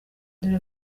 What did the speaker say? dore